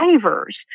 drivers